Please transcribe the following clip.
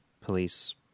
Police